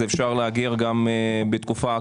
אפשר לאגור גם בתקופה הקרובה.